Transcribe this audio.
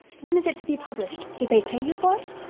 when is it to be published? did they pay you for it?